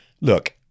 Look